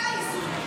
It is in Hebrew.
זה האיזון.